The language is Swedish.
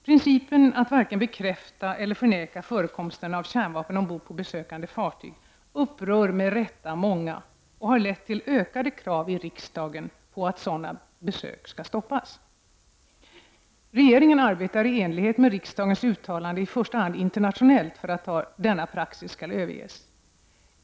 Principen att varken bekräfta eller förneka förekomsten av kärnvapen ombord på besökande fartyg upprör med rätta många och har lett till ökade krav i riksdagen på att sådana besök skall stoppas. Regeringen arbetar i enlighet med riksdagens uttalande i första hand internationellt för att denna praxis skall överges.